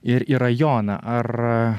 ir į rajoną ar